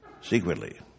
secretly